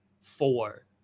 four